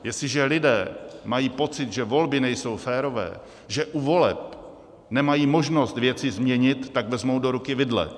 Jestliže lidé mají pocit, že volby nejsou férové, že u voleb nemají možnost věci změnit, tak vezmou do ruky vidle.